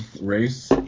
race